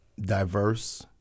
diverse